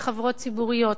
בחברות ציבוריות,